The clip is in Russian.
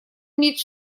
иметь